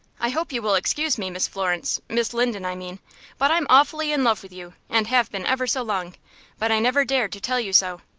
i hope you will excuse me, miss florence miss linden, i mean but i'm awfully in love with you, and have been ever so long but i never dared to tell you so.